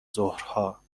ظهرها